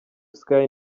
sky